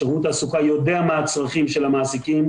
שירות התעסוקה יודע מה הצרכים של המעסיקים,